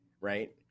right